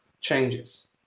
changes